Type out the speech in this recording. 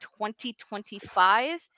2025